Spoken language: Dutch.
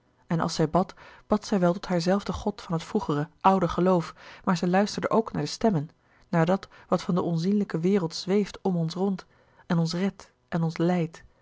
en als zij bad bad zij wel tot haar zelfden god van het vroegere oude geloof maar zij luisterde ook naar de stemmen naar dat wat van de onzienlijke wereld zweeft om ons rond en ons redt en ons leidt